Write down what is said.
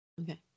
Okay